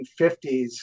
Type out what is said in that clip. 1950s